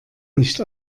nicht